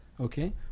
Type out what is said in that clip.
okay